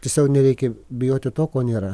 tiesiog nereikia bijoti to ko nėra